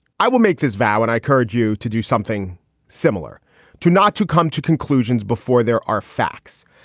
i will make this vow when i courage you to do something similar to not to come to conclusions before there are facts.